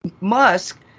Musk